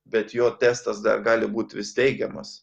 bet jo testas dar gali būt vis teigiamas